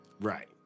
Right